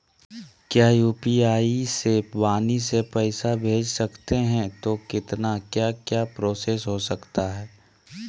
क्या यू.पी.आई से वाणी से पैसा भेज सकते हैं तो कितना क्या क्या प्रोसेस हो सकता है?